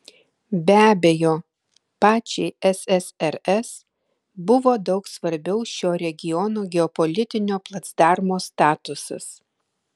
be abejo pačiai ssrs buvo daug svarbiau šio regiono geopolitinio placdarmo statusas